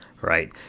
Right